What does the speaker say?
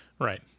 Right